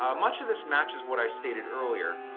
ah much of this matches what i stated earlier.